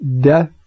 death